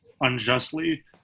unjustly